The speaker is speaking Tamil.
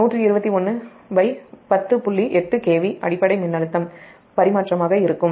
8KV அடிப்படை மின்னழுத்தம் பரிமாற்றமாக இருக்கும்